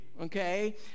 okay